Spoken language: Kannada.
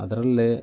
ಅದರಲ್ಲಿ